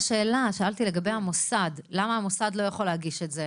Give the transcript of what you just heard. שאלתי לגבי המוסד, למה המוסד לא יכול להגיש את זה?